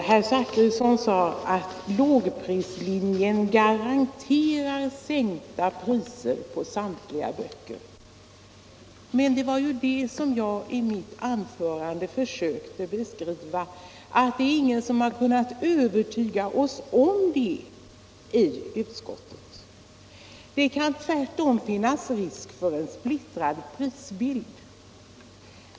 Herr talman! Herr Zachrisson sade att lågprislinjen garanterar sänkta priser på samtliga böcker. Men jag försökte ju i mitt anförande beskriva att ingen har kunnat övertyga oss om det i utskottet. Det kan tvärtom finnas risk för en splittrad prisbildning.